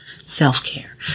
self-care